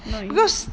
not easy ah